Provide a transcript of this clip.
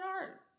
art